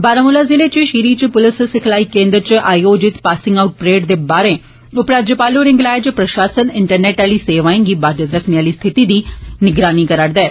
बारामूला जिले च शीरी च पुलस सिखलाई केन्द्र च आयोजित पासिंग आउट परेड दे बाह्रे उपराज्यपाल होरे गलाया जे प्रशासन इंटरनेट आली सेवाएं गी बाधित रखने आली स्थिति दी निगरानी करा'रदा ऐ